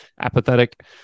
apathetic